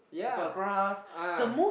yeah ah